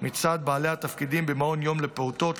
מצד בעלי התפקידים במעון יום לפעוטות,